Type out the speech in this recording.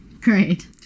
great